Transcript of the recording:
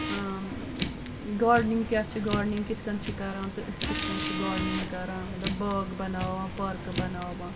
اۭں gardening کیاہ چھِ gardening کِتھ کٔنۍ چھِ کٔران تہِ أسۍ کِتھ کٔنۍ چھِ گاڈٕنِنگ کران مطلب باغ بناوان پارکہٕ بناوان